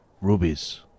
rubies